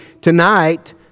tonight